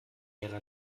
ära